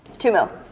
two mil.